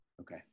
okay